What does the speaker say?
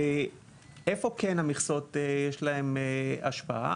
איפה כן למכסות יש השפעה?